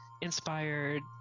inspired